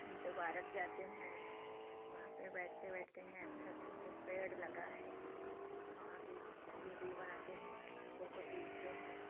Minto park जाते हैं वहाँ पर बैठते वैठते हैं अच्छा अच्छा सा पेड़ लगा है वहाँ पर वीडियो बनाते हैं फ़ोटो खींचते हैं